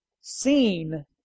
seen